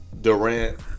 Durant